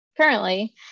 currently